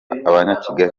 abanyakigali